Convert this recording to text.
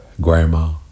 grandma